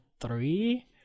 three